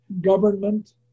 government